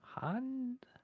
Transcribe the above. hand